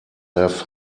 have